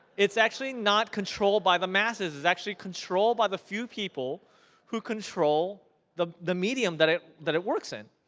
it's actually not controlled by the masses. it's actually controlled by the few people who control the the medium that it that it works in.